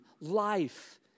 life